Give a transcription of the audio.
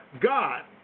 God